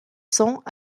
cents